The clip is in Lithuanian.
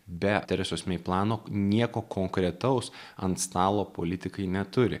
be teresos mei plano nieko konkretaus ant stalo politikai neturi